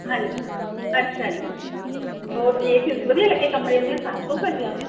ਹਾਂਜੀ ਅੱਛਾ ਜੀ ਉਹ ਏ ਸੀ ਉ ਸੀ ਵਧੀਆ ਲੱਗੇ ਕਮਰੇ ਵਧੀਆ ਸਾਫ਼ ਸੂਫ ਹੈ ਜੀ